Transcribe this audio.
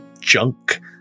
junk